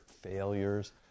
failures